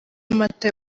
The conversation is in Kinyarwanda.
amata